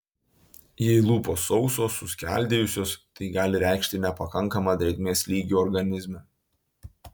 jei lūpos sausos suskeldėjusios tai gali reikšti nepakankamą drėgmės lygį organizme